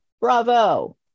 bravo